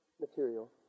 material